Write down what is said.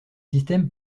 systèmes